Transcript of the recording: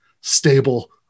stable